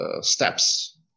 steps